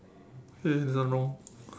okay this one wrong